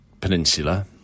peninsula